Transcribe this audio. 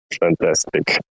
Fantastic